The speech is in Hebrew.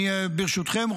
ברשותכם,